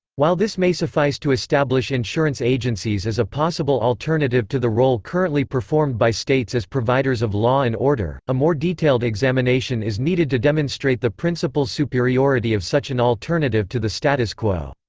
while this may suffice to establish insurance agencies as a possible alternative to the role currently performed by states as providers of law and order, a more detailed examination is needed to demonstrate the principal superiority of such an alternative to the status quo.